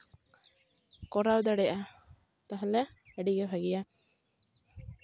ᱠᱚᱨᱟᱣ ᱫᱟᱲᱮᱭᱟᱜᱼᱟ ᱛᱟᱦᱚᱞᱮ ᱟᱹᱰᱤ ᱜᱮ ᱵᱷᱟᱜᱮᱭᱟ